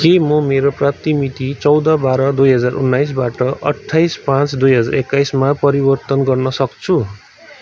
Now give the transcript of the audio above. के म मेरो प्रति मिति चौध बाह्र दुई हजार उन्नाइसबाट अट्ठाइस पाँच दुई हजार एक्काइसमा परिवर्तन गर्न सक्छु